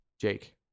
Jake